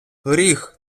гріх